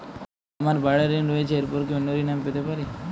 আমার বাড়ীর ঋণ রয়েছে এরপর কি অন্য ঋণ আমি পেতে পারি?